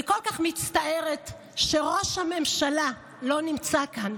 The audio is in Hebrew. אני כל כך מצטערת שראש הממשלה לא נמצא כאן,